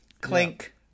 clink